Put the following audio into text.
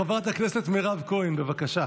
חברת הכנסת מירב כהן, בבקשה.